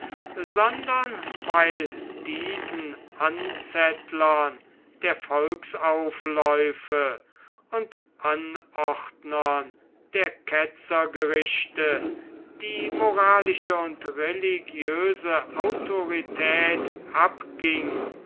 sondern weil diesen anzettlern der volksaufläufe und anordnern der ketzergerichte die moralische und religiöse autorität abging